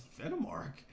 Venomark